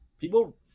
People